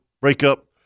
breakup